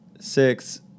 six